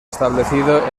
establecido